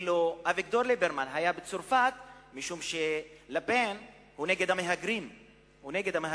אילו היה אביגדור ליברמן בצרפת לה-פן הוא נגד המהגרים בצרפת,